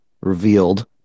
revealed